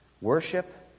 Worship